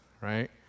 right